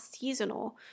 seasonal